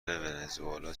ونزوئلا